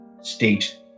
state